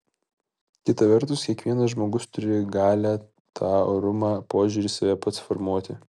kita vertus kiekvienas žmogus turi galią tą orumą požiūrį į save pats formuoti